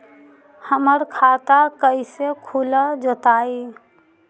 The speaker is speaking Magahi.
हमर खाता कैसे खुल जोताई?